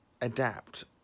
adapt